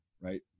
right